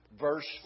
verse